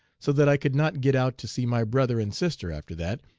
so that i could not get out to see my brother and sister after that,